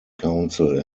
council